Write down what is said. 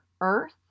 earth